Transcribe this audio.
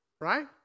Right